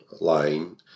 line